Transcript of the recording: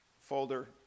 folder